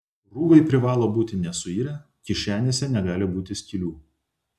rūbai privalo būti nesuirę kišenėse negali būti skylių